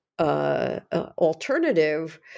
alternative